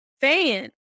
fan